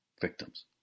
victims